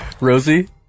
Rosie